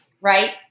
right